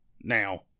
now